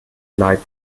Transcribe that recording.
leid